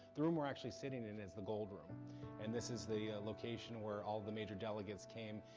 the room we're actually sitting in is the gold room and this is the location where all the major delegates came,